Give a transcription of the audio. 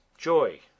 joy